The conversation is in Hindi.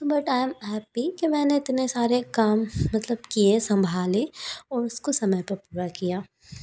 बट आई एम हैप्पी कि मैंने इतने सारे काम मतलब किए संभाले और उसको समय पर पूरा किया